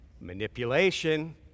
Manipulation